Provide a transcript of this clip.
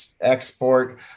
export